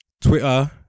twitter